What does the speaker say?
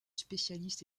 spécialiste